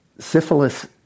Syphilis